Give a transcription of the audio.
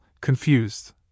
confused